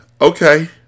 Okay